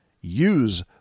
use